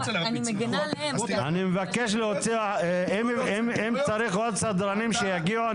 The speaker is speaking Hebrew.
אם צריך עוד סדרנים שיגיעו,